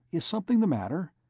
is something the matter?